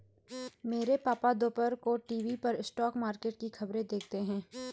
मेरे पापा दोपहर को टीवी पर स्टॉक मार्केट की खबरें देखते हैं